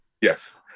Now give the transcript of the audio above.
Yes